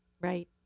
right